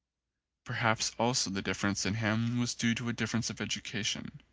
perhaps also the difference in him was due to a difference of education.